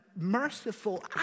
merciful